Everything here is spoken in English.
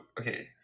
okay